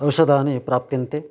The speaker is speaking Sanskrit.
औषधानि प्राप्यन्ते